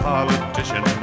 politician